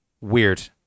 weird